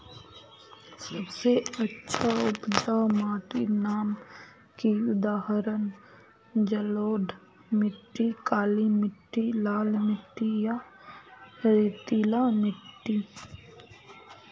सबसे अच्छा उपजाऊ माटिर नाम की उदाहरण जलोढ़ मिट्टी, काली मिटटी, लाल मिटटी या रेतीला मिट्टी?